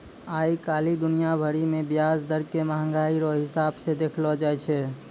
आइ काल्हि दुनिया भरि मे ब्याज दर के मंहगाइ रो हिसाब से देखलो जाय छै